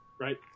right